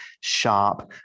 sharp